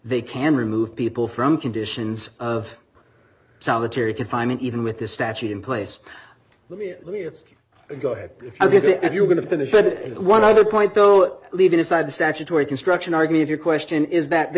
they can remove people from conditions of solitary confinement even with this statute in place let me go ahead if as if you were going to finish that one other point though leaving aside the statutory construction argument your question is that the